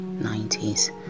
90s